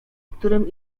którym